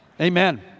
Amen